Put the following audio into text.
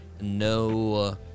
no